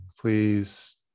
please